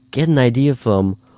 get an idea from,